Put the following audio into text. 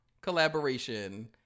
collaboration